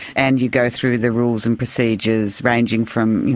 and you go through the rules and procedures ranging from, you